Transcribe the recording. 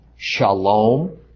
Shalom